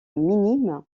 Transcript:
minime